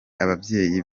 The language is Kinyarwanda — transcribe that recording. ababyeyi